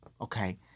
Okay